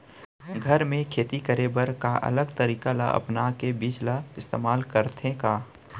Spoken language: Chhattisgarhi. घर मे खेती करे बर का अलग तरीका ला अपना के बीज ला इस्तेमाल करथें का?